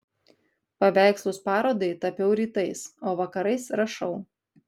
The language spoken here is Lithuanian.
paveikslus parodai tapiau rytais o vakarais rašau